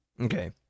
Okay